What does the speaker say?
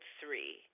three